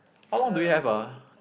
uh I think